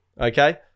Okay